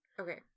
Okay